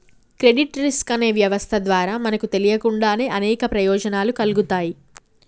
credit risk అనే వ్యవస్థ ద్వారా మనకు తెలియకుండానే అనేక ప్రయోజనాలు కల్గుతాయి